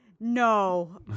no